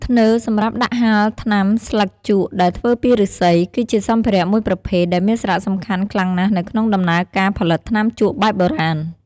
ធ្នើរសម្រាប់ដាក់ហាលថ្នាំស្លឹកជក់ដែលធ្វើពីឬស្សី គឺជាសម្ភារៈមួយប្រភេទដែលមានសារៈសំខាន់ខ្លាំងណាស់នៅក្នុងដំណើរការផលិតថ្នាំជក់បែបបុរាណ។